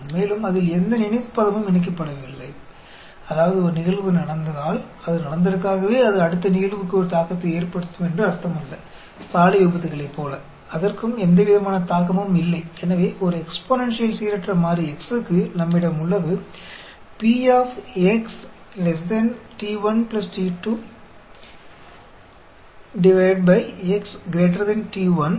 इसलिए exponential distribution एक continuous distribution है और इसकी कोई मेमोरी टर्म जुड़ा नहीं है इसका मतलब है सिर्फ इसलिए कि एक घटना हुई है इसका मतलब यह नहीं है कि अगले घटना पर असर पड़ेगा सड़क दुर्घटनाओं की तरह उस पर कोई असर नहीं पड़ता है